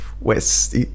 West